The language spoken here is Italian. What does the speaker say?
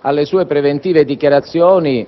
alle sue preventive dichiarazioni,